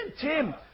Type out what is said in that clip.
Tim